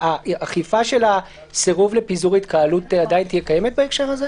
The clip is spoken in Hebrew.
האכיפה של הסירוב לפיזור התקהלות עדיין תהיה קיימת בהקשר הזה?